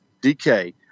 DK